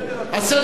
את הסדר הטוב.